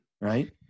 right